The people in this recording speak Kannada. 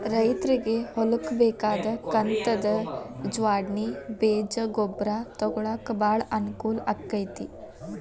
ರೈತ್ರಗೆ ಹೊಲ್ಕ ಬೇಕಾದ ಕಂತದ ಜ್ವಾಡ್ಣಿ ಬೇಜ ಗೊಬ್ರಾ ತೊಗೊಳಾಕ ಬಾಳ ಅನಕೂಲ ಅಕೈತಿ